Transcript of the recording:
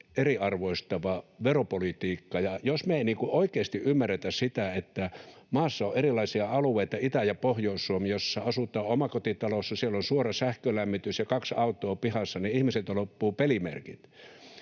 eriarvoistavaa veropolitiikkaa. Jos me ei oikeasti ymmärretä sitä, että maassa on erilaisia alueita, kuten Itä- ja Pohjois-Suomi, missä asutaan omakotitalossa, jossa on suora sähkölämmitys ja kaksi autoa pihassa, niin ihmisiltä loppuvat pelimerkit.